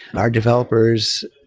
our developers,